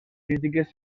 crítiques